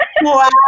Wow